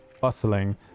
bustling